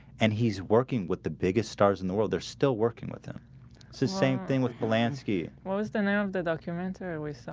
and he's working with the biggest stars in the world are still working with him same thing with polanski what was the name of the documentary we so